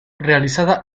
realizada